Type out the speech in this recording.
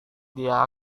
dia